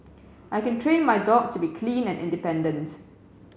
I can train my dog to be clean and independent